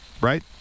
right